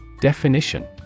Definition